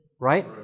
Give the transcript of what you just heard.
right